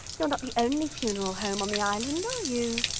you're not the only funeral home on the island, are you,